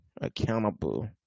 accountable